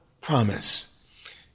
Promise